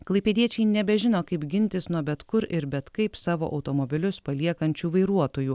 klaipėdiečiai nebežino kaip gintis nuo bet kur ir bet kaip savo automobilius paliekančių vairuotojų